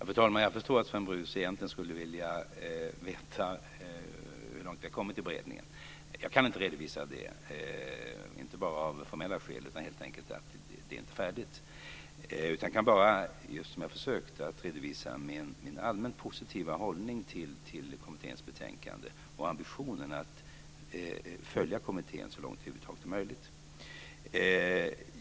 Fru talman! Jag förstår att Sven Brus egentligen skulle vilja veta hur långt vi har kommit i beredningen. Jag kan inte redovisa det, inte bara av formella skäl utan helt enkelt därför att det inte är färdigt. Jag kan bara, just som jag försökte, redovisa min allmänt positiva hållning till kommitténs betänkande och min ambition att följa kommittén så långt det över huvud taget är möjligt.